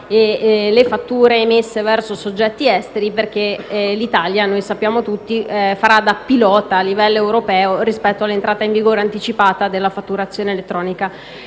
le fatture emesse verso soggetti esteri perché l'Italia, come sappiamo tutti, farà da pilota a livello europeo rispetto all'entrata in vigore anticipata della fatturazione elettronica.